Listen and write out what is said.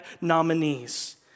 nominees